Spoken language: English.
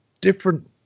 different